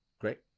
Great